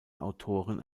autoren